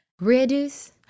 Reduce